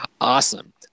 Awesome